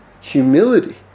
humility